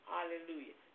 Hallelujah